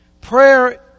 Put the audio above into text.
Prayer